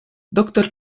doktor